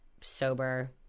sober